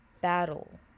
battle